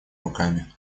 руками